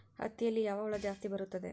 ಹತ್ತಿಯಲ್ಲಿ ಯಾವ ಹುಳ ಜಾಸ್ತಿ ಬರುತ್ತದೆ?